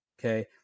Okay